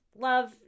love